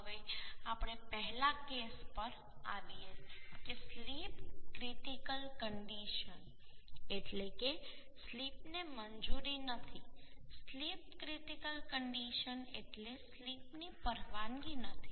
હવે આપણે પહેલા કેસ પર આવીએ કે સ્લિપ ક્રિટિકલ કંડીશન એટલે કે સ્લિપને મંજૂરી નથી સ્લિપ ક્રિટિકલ કન્ડીશન એટલે સ્લિપની પરવાનગી નથી